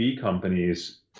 companies